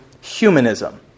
humanism